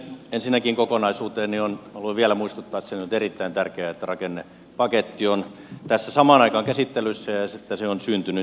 ensinnäkin kokonaisuuteen haluan vielä muistuttaa että se on nyt erittäin tärkeää että rakennepaketti on tässä samaan aikaan käsittelyssä ja että se on syntynyt